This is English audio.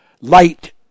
light